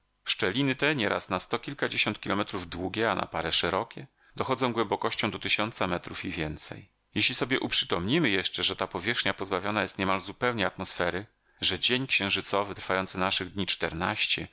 szczeliny te nieraz na sto kilkadziesiąt kilometrów długie a na parę szerokie dochodzą głębokością do tysiąca metrów i więcej jeśli sobie uprzytomnimy jeszcze że ta powierzchnia pozbawiona jest niemal zupełnie atmosfery że dzień księżycowy trwający naszych dni czternaście